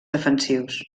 defensius